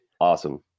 awesome